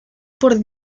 por